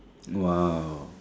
!wow!